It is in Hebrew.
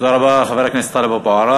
תודה רבה, חבר הכנסת טלב אבו עראר.